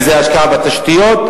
שזה השקעה בתשתיות,